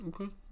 Okay